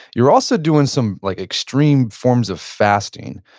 you were also doing some like extreme forms of fasting.